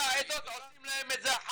אני כבר שומע את זה.